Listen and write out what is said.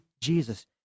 Jesus